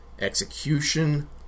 Execution